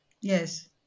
yes